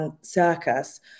circus